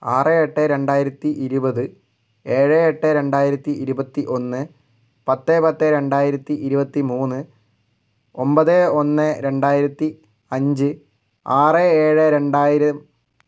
ആറ് എട്ട് രണ്ടായിരത്തി ഇരുപത് ഏഴ് എട്ട് രണ്ടായിരത്തി ഇരുപത്തി ഒന്ന് പത്ത് പത്ത് രണ്ടായിരത്തി ഇരുപത്തി മൂന്ന് ഒൻപത് ഒന്ന് രണ്ടായിരത്തി അഞ്ച് ആറ് ഏഴ് രണ്ടായിരം